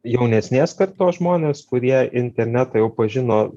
jaunesnės kartos žmonės kurie internetą jau pažino